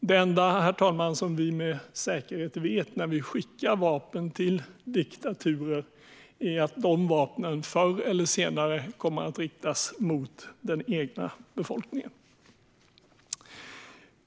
Det enda som vi med säkerhet vet när vi skickar vapen till diktaturer är att dessa vapen förr eller senare kommer att riktas mot den egna befolkningen.